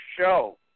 show